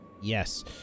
Yes